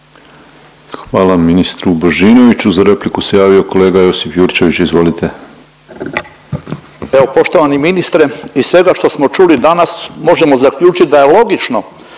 Hvala ministru Božinoviću. Za repliku se javio kolega Josip Jurčević, izvolite. **Jurčević, Josip (Nezavisni)** Evo poštovani ministre iz svega što smo čuli danas možemo zaključit da je logično